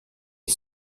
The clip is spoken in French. est